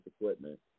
equipment